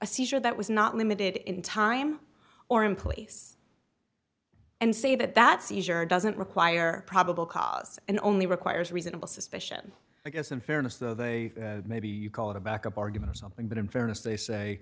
a seizure that was not limited in time or in place and say that that seizure doesn't require probable cause and only requires reasonable suspicion i guess in fairness though they may be called a back up argument or something but in fairness they say